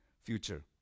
future